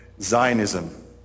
Zionism